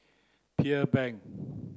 Pearl Bank